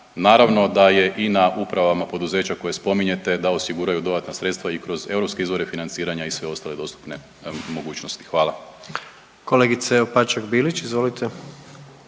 Naravno da je i na upravama poduzeća koje spominjete da osiguraju dodatna sredstva i kroz europske izvore financiranja i sve ostale dostupne mogućnosti. Hvala. **Jandroković, Gordan